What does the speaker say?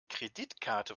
kreditkarte